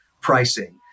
pricing